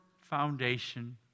foundation